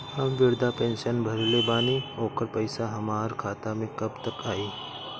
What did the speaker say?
हम विर्धा पैंसैन भरले बानी ओकर पईसा हमार खाता मे कब तक आई?